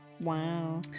Wow